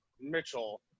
Mitchell